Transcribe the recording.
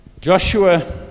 Joshua